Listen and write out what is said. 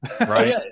right